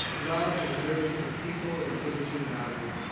love and nurture the people and things you value.